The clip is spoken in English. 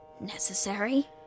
necessary